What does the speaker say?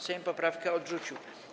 Sejm poprawkę odrzucił.